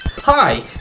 Hi